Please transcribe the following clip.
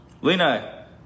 Lena